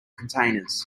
containers